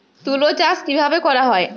তুলো চাষ কিভাবে করা হয়?